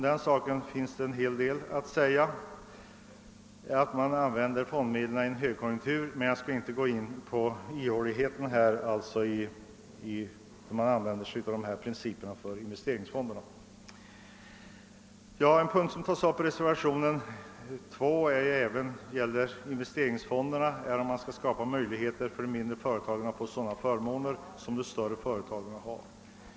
Det vore en hel del att säga om det förhållandet att fondmedlen användes i en högkonjunktur, men jag skall inte gå in på ihåligheterna när det gäller principerna för användande av investeringsfonderna. I reservationen 2 föreslås att de mindre företagen genom fondavsättningar skall erhålla motsvarande förmåner till dem som investeringsfonderna ger de större företagen.